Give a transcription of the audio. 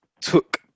took